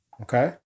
Okay